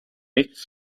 nichts